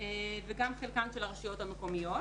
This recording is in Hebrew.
וגם חלקן של הרשויות המקומיות.